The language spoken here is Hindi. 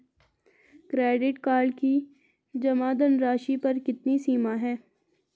क्रेडिट कार्ड की जमा धनराशि पर कितनी सीमा है?